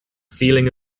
feeling